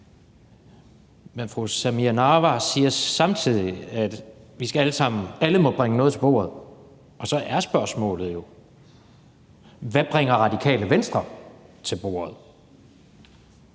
Men fru Samira Nawa siger samtidig, at alle må bringe noget til bordet, og så er spørgsmålet jo: Hvad bringer Radikale Venstre til bordet?